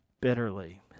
bitterly